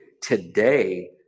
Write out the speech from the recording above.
today